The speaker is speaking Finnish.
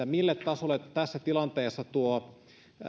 mille tasolle tässä tilanteessa tuo